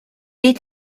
est